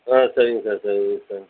ஆ சரிங்க சார் சரிங்க சார்